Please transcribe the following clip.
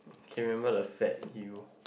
can remember the fat yield